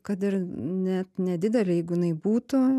kad ir net nedidelė jeigu jinai būtų